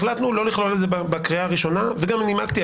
החלטנו לא לכלול את זה בקריאה הראשונה וגם נימקתי.